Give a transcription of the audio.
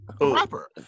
Rapper